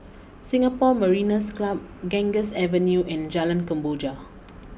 Singapore Mariners Club Ganges Avenue and Jalan Kemboja